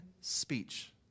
speech